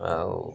ଆଉ